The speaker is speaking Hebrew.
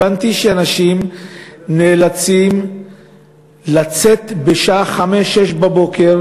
הבנתי שהאנשים נאלצים לצאת בשעה 05:00, 06:00,